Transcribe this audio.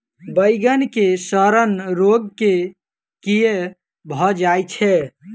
बइगन मे सड़न रोग केँ कीए भऽ जाय छै?